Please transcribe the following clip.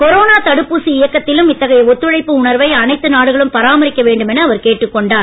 corona தடுப்பூசி இயக்கத்திலும் இத்தகைய ஒத்துழைப்பு உணர்வை அனைத்து நாடுகளும் பராமரிக்க வேண்டுமென அவர் கேட்டுக் கொண்டார்